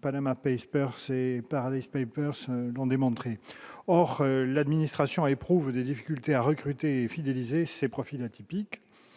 Panama pêche percé par Papers l'ont démontré, or l'administration éprouve des difficultés à recruter et fidéliser ces profils atypiques,